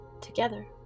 together